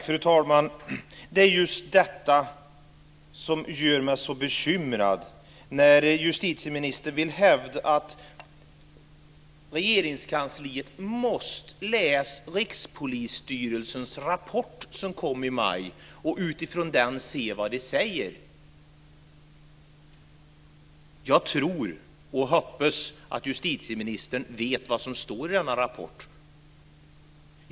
Fru talman! Det är just detta som gör mig så bekymrad, när justitieministern vill hävda att Regeringskansliet måste läsa Rikspolisstyrelsens rapport som kom i maj och utifrån den se vad Rikspolisstyrelsen säger. Jag tror och hoppas att justitieministern vet vad som står i denna rapport.